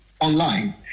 online